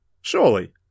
Surely